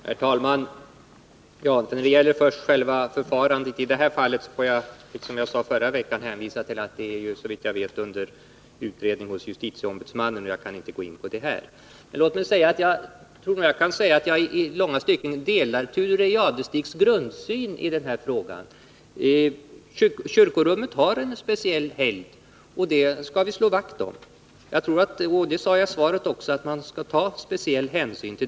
Herr talman! När det gäller själva förfarandet i det här fallet får jag, liksom jag gjorde förra veckan, hänvisa till att ärendet såvitt jag vet är under utredning hos justitieombudsmannen. Jag kan därför inte gå in på ärendet här. Jag delar emellertid i långa stycken Thure Jadestigs grundsyn i den här frågan. Kyrkorummet har en speciell helgd, och den skall vi slå vakt om. Jag sade också i svaret att man här skall ta speciell hänsyn.